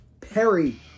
Perry